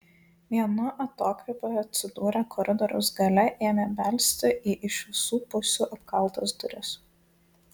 vienu atokvėpiu atsidūrę koridoriaus gale ėmė belsti į iš visų pusių apkaltas duris